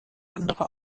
andere